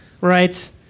right